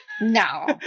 No